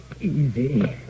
easy